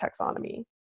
taxonomy